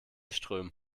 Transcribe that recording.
strömen